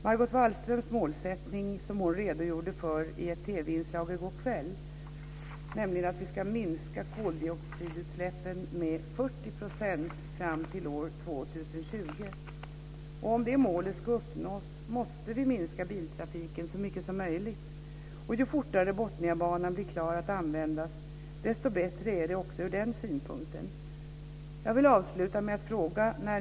Margot Wallström redogjorde för sin målsättning i ett TV-inslag i går kväll, nämligen att vi ska minska koldioxidutsläppen med 40 % fram till år 2020. Om det målet ska uppnås måste vi minska biltrafiken så mycket som möjligt. Ju fortare Botniabanan blir klar att användas, desto bättre är det också ur den synpunkten.